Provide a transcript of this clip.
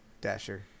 Dasher